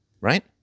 Right